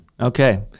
Okay